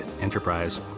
enterprise